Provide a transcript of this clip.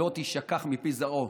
"כי לא תישכח מפי זרעו".